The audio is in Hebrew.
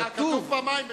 אה, כתוב פעמיים?